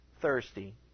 thirsty